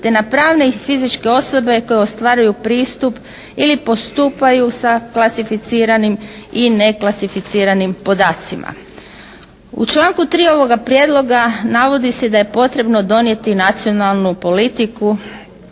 te na pravne i fizičke osobe koje ostvaruju pristup ili postupaju sa klasificiranim i neklasificiranim podacima. U članku 3. ovoga prijedloga navodi se da je potrebno donijeti nacionalnu politiku